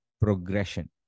progression